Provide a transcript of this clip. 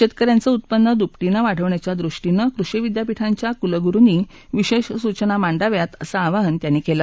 शेतक यांचं उत्पन्न दुपटीनं वाढवण्याच्या दृष्टीनं कृषी विद्यापिठांच्या कुलगुरुंनी विशेष सूचना मांडाव्यात असं आवाहन त्यांनी केलं